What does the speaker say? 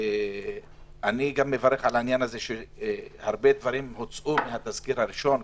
אני גם מברך על זה שהרבה דברים הוצאו מהתזכיר הראשון,